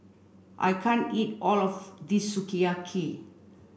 I can't eat all of this Sukiyaki